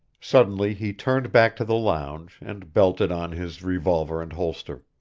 suddenly he turned back to the lounge and belted on his revolver and holster.